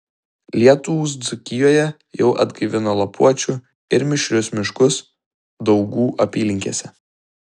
lietūs dzūkijoje jau atgaivino lapuočių ir mišrius miškus daugų apylinkėse